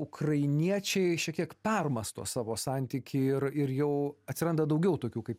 ukrainiečiai šiek tiek permąsto savo santykį ir ir jau atsiranda daugiau tokių kaip